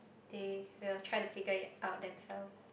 they will try to figure it out themselves